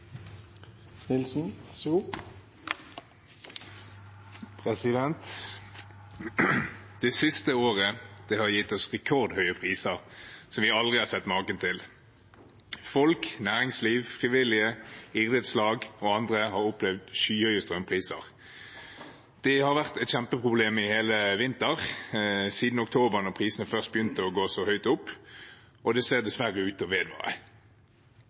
Det siste året har gitt oss rekordhøye priser som vi aldri har sett maken til. Folk, næringsliv, frivillige, idrettslag og andre har opplevd skyhøye strømpriser. Det har vært et kjempeproblem i hele vinter, siden oktober da prisene først begynte å gå så høyt opp, og det ser dessverre ut til å vedvare.